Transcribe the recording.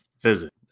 visit